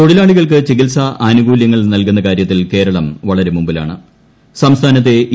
തൊഴിലാളികൾക്ക് ചികിത്സാ ആനുകൂലൃങ്ങൾ നൽകുന്ന കാര്യത്തിൽ കേരളം വളരെ സംസ്ഥാനത്തെ ഇ